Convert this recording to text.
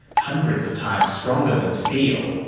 hundreds of times stronger than steel.